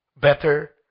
better